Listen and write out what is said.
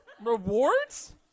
Rewards